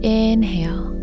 inhale